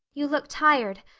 you look tired.